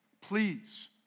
Please